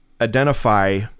identify